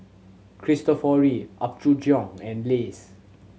Cristofori Apgujeong and Lays